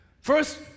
First